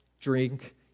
drink